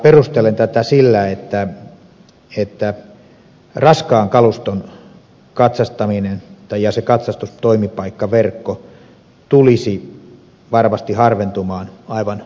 perustelen tätä sillä että raskaan kaluston katsastaminen ja se katsastustoimipaikkaverkko tulisivat varmasti harventumaan aivan oleellisesti